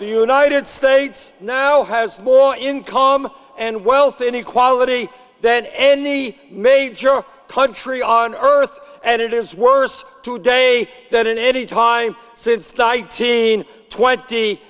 own united states now has more income and wealth inequality than any major country on earth and it is worse today than in any time since tight teen twenty